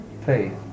faith